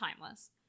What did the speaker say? timeless